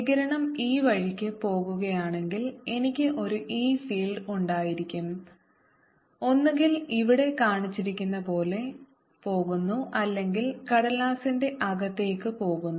വികിരണം ഈ വഴിക്ക് പോകുകയാണെങ്കിൽ എനിക്ക് ഒരു E ഫീൽഡ് ഉണ്ടായിരിക്കും ഒന്നുകിൽ ഇവിടെ കാണിച്ചിരിക്കുന്ന പോലെ പോകുന്നു അല്ലെങ്കിൽ കടലാസിന്റെ അകത്തേക്ക് പോകുന്നു